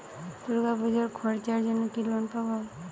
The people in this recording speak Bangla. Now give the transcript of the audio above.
দূর্গাপুজোর খরচার জন্য কি লোন পাব?